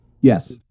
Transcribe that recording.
Yes